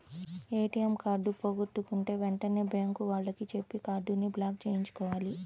ATM card పోగొట్టుకుంటే వెంటనే bank వాళ్లకి చెప్పి కార్డుని బ్లాక్ చేయించుకోవాలి